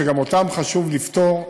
שגם אותם חשוב לפתור: